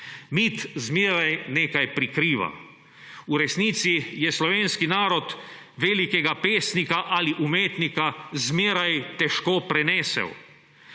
Mit zmeraj nekaj prikriva. V resnici je slovenski narod velikega pesnika ali umetnika zmeraj težko prenesel.